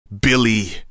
Billy